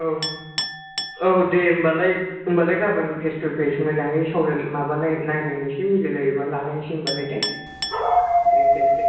औ औ दे होनब्लालाय होनब्लालाय गाबोन फेस टु फेस मोजाङै सावराय माबा नायलायनोसै मिलायोब्ला लालायसै होनब्लालाय दे दे दे दे